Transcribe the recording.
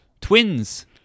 Twins